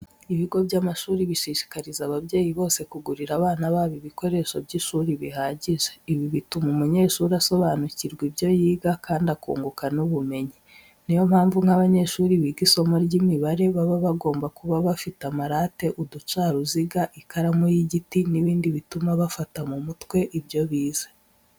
Ibigo by'amashuri bishishikariza ababyeyi bose kugurira abana babo ibikoresho by'ishuri bihagije. Ibi bituma umunyeshuri asobanukirwa ibyo yiga kandi akunguka n'ubumyenyi. Ni yo mpamvu nk'abanyeshuri biga isomo ry'imibare baba bagomba kuba bafite amarati, uducaruziga, ikaramu y'igiti n'ibindi bituma bafata mu mutwe ibyo bize.